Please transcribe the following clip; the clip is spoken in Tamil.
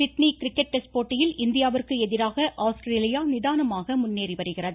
சிட்னி கிரிக்கெட் டெஸ்ட் போட்டியில் இந்தியாவிற்கு எதிராக ஆஸ்திரேலியா நிதானமாக முன்னேறி வருகிறது